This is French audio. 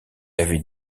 avait